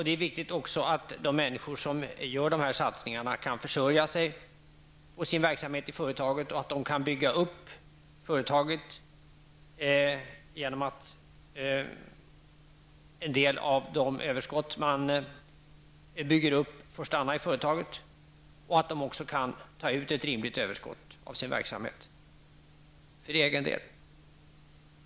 Det är också viktigt att de människor som gör dessa satsningar kan försörja sig på sin verksamhet i företaget och att de kan bygga upp företaget genom att en del av de överskott som de bygger upp får stanna i företaget och att de också kan ta ut ett rimligt överskott av sin verksamhet för egen del.